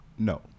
No